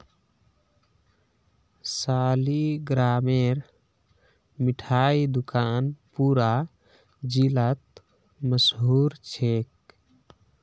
सालिगरामेर मिठाई दुकान पूरा जिलात मशहूर छेक